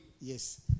Yes